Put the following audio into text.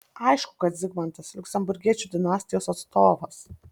aišku kad zigmantas liuksemburgiečių dinastijos atstovas